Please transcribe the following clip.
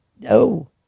No